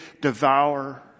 devour